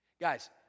Guys